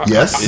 Yes